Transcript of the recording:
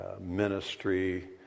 ministry